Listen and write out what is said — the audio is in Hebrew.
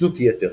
תלות יתר